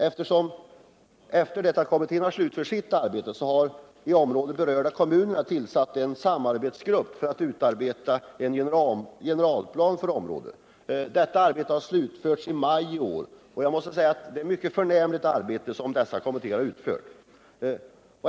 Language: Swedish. Efter det att kommittén slutfört sitt arbete har de i området berörda tillsatt en samarbetsgrupp för att utarbete en generalplan för området. Arbetet, som utförts på ett mycket förnämligt sätt, blev klart i maj i år.